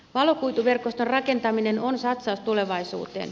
valokuituverkoston rakentaminen on satsaus tulevaisuuteen